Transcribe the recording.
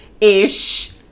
ish